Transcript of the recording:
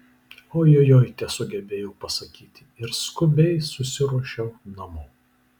ojojoi tesugebėjau pasakyti ir skubiai susiruošiau namo